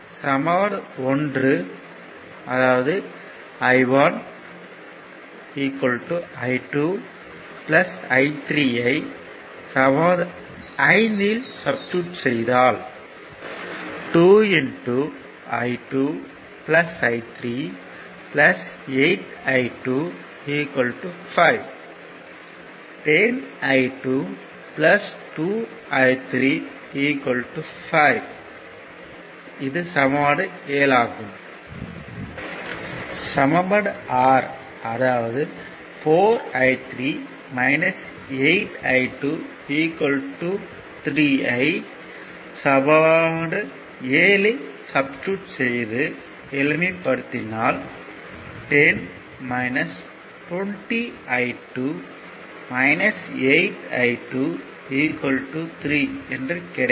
சமன்பாடு 1 I1 I2 I3 ஐ சமன்பாடு 5 இல் சப்ஸ்டிடுட் செய்தால் 2 I2 I3 8 I2 5 10 I2 2 I3 5 சமன்பாடு 6 4 I3 8 I2 3 ஐ சமன்பாடு 7 இல் சப்ஸ்டிடுட் செய்துஎளிமைப்படுத்தினால் 10 20 I2 8 I2 3 என கிடைக்கும்